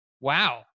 wow